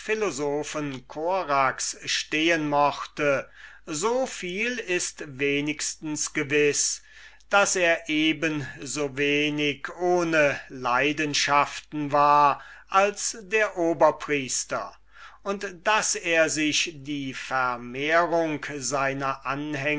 philosophen korax stehen mochte so viel ist wenigstens gewiß daß er so wenig ohne leidenschaften war als der oberpriester und daß er sich die vermehrung seiner